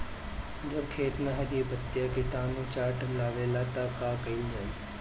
जब खेत मे हरी पतीया किटानु चाट लेवेला तऽ का कईल जाई?